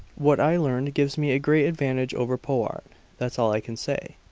what i learned gives me a great advantage over powart that's all i can say.